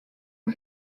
aux